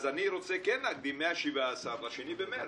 זה להכניס שתי אצבעות בעין למשטרה,